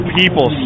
people